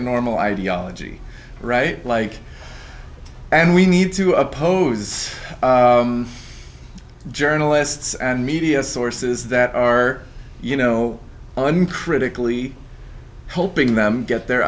a normal ideology right like and we need to oppose journalists and media sources that are you know uncritically helping them get their